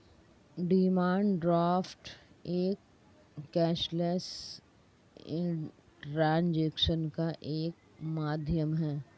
demand draft एक cashless transaction का एक माध्यम है